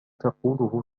تقوله